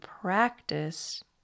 practice